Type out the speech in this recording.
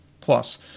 plus